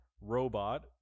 Robot